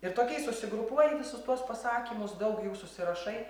ir tokiais susigrupuoji visus tuos pasakymus daug jų susirašai